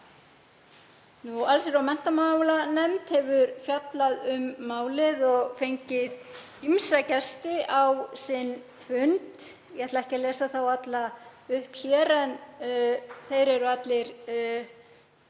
Allsherjar- og menntamálanefnd hefur fjallað um málið og fengið ýmsa gesti á sinn fund og ég ætla ekki að lesa þá alla upp hér en þeir eru allir